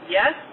yes